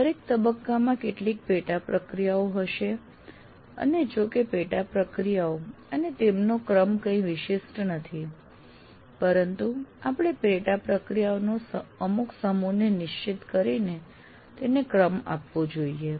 દરેક તબક્કામાં કેટલીક પેટા પ્રક્રિયાઓ હશે અને જો કે પેટા પ્રક્રિયાઓ અને તેમનો ક્રમ કંઈ વિશિષ્ટ નથી પરંતુ આપણે પેટા પ્રક્રિયાઓનો અમુક સમૂહને નિશ્ચિત કરીને તેને ક્રમ આપવો જોઈએ